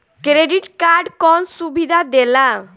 Credit card कौन सुबिधा देला?